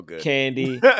candy